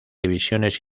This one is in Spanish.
divisiones